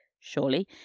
Surely